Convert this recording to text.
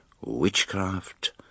witchcraft